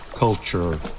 culture